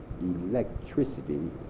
electricity